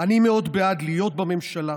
"אני מאוד בעד להיות בממשלה,